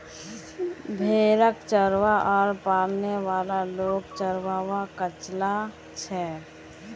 भेड़क चरव्वा आर पालने वाला लोग चरवाहा कचला छेक